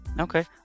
okay